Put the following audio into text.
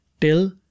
till